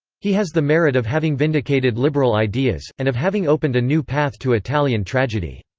he has the merit of having vindicated liberal ideas, and of having opened a new path to italian tragedy.